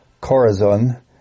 Corazon